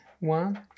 One